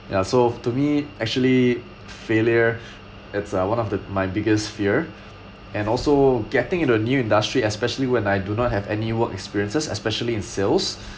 ya so to me actually failure it's uh one of the my biggest fear and also getting into a new industry especially when I do not have any work experiences especially in sales